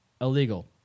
Illegal